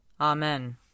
Amen